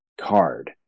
card